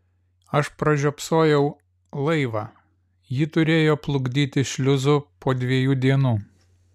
aš pražiopsojau laivą jį turėjo plukdyti šliuzu po dviejų dienų